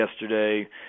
yesterday